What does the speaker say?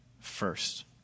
first